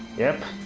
yep!